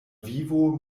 vivo